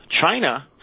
China